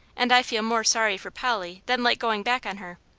and i feel more sorry for polly than like going back on her.